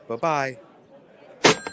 Bye-bye